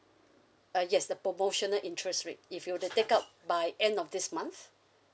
uh yes the promotional interest rate if you were to take out by end of this month